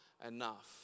enough